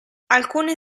alcune